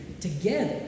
together